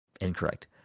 Incorrect